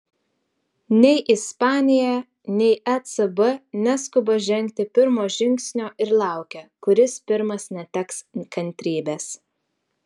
nei ispanija nei ecb neskuba žengti pirmo žingsnio ir laukia kuris pirmas neteks kantrybės